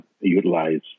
utilize